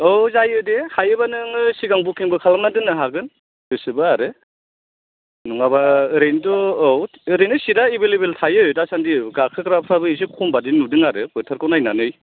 औ जायोदे हायोबा नोङो सिगां बुकिं बो खालामना दोननो हागोन गोसोबा आरो नङाबा ओरैनोथ' औ ओरैनो सिट आ एभैलएबोल थायो दासानदि गाखोग्राफ्राबो एसे खमबादि नुदों आरो बोथोरखौ नायनानै